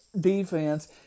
defense